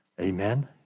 Amen